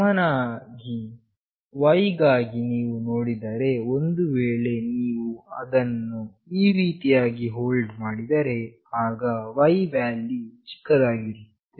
ಸಮಾನವಾಗಿ Y ಗಾಗಿ ನೀವು ನೋಡಿದರೆ ಒಂದು ವೇಳೆ ನೀವು ಅದನ್ನು ಈ ರೀತಿಯಾಗಿ ಹೋಲ್ಡ್ ಮಾಡಿದರೆ ಆಗ Y ನ ವ್ಯಾಲ್ಯೂ ವು ಕನಿಷ್ಠವಾಗಿರುತ್ತದೆ